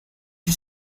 you